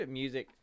music